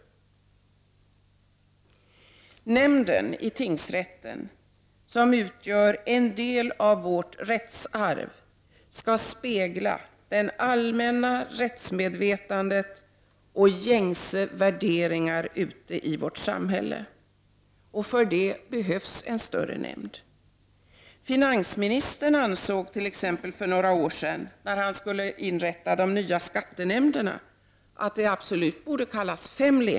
Nämndens sammansättning i tingsrätten — nämnden utgör en del av vårt rättsarv — skall spegla det allmänna rättsmedvetandet och gängse värderingar i samhället. För detta behövs en större nämnd. Finansministern t.ex. ansåg för några år sedan, när man skulle inrätta de nya skattenämnderna, att fem lekmän borde kallas.